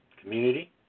community